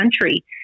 country